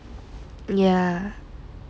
ya